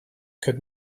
could